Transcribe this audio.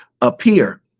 appear